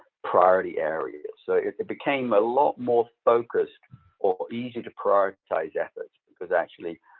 priority areas. so it became a lot more focused or easy to prioritize efforts. because actually,